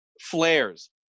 flares